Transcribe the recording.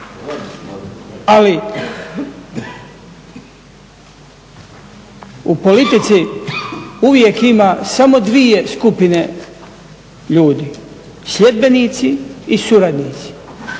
Ali u politici uvijek ima samo dvije skupine ljudi, sljedbenici i suradnici.